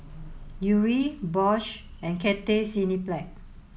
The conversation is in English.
Yuri Bosch and Cathay Cineplex